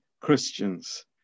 Christians